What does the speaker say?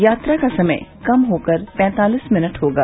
यात्रा समय कम होकर पैंतालीस मिनट होगा